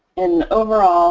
and overall